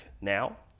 now